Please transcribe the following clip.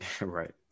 Right